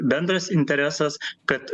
bendras interesas kad